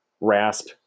RASP